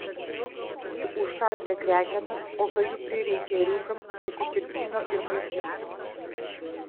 ji užšaldė krekenas o kai jų prireikė ėriukams atitirpino ir maitino